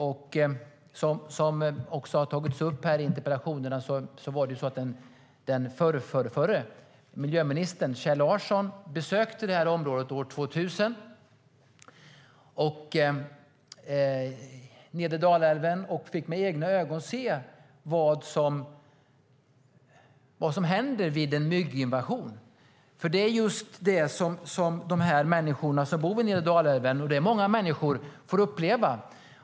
Så som togs upp i interpellationen besökte den förre miljöministern Kjell Larsson området i nedre Dalälven år 2000 och fick med egna ögon se vad som händer vid en mygginvasion. Det är just vad de människor som bor vid nedre Dalälven - det är många människor - får uppleva.